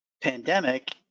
pandemic